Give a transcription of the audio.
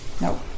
No